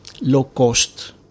low-cost